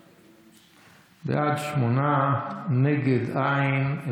בעד, שמונה, נגד, אין.